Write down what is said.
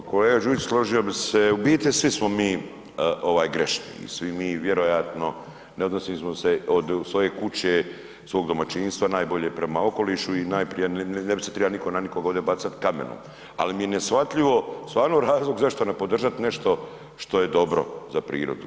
Pa kolega Đujić, složio bi se, u biti svi smo mi grešni i svi mi vjerovatno, ne odnosimo smo se od svoje kuće, svog domaćinstva najbolje prema okolišu i najprije ne bi se trebao niko na nikog ovdje bacat kamenom ali mi je neshvatljivo, stvarno razlog zašto ne podržat nešto što je dobro za prirodu.